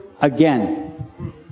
again